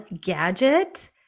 gadget